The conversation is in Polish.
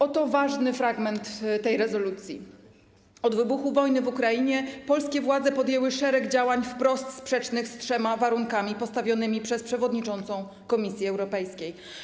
Oto ważny fragment tej rezolucji: Od wybuchu wojny w Ukrainie polskie władze podjęły szereg działań wprost sprzecznych z trzema warunkami postawionymi przez przewodniczącą Komisji Europejskiej.